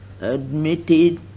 Admitted